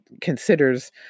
considers